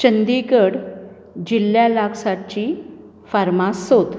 चंदीगड जिल्ल्या लागसारची फार्मास सोद